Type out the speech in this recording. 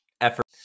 effort